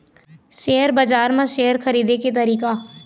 Share बजार म share खरीदे के तरीका?